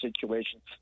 situations